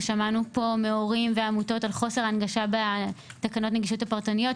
ושמענו פה מהורים ומעמותות על חוסר הנגשה בתקנות הנגישות הפרטניות,